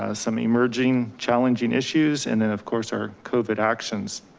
ah some emerging challenging issues, and then of course our covid actions.